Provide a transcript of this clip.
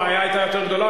הבעיה היתה יותר גדולה,